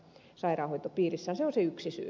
se on yksi syy